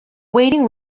waiting